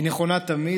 נכונה תמיד.